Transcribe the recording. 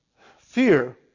Fear